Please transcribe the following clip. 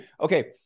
Okay